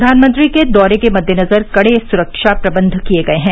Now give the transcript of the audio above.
प्रधानमंत्री के दौरे के मद्देनजर कड़े सुरक्षा प्रबंध किए गए हैं